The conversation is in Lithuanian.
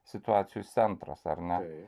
situacijų centras ar ne